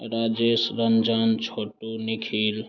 Rajesh Ranjan Chhotu Nikhil